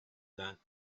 than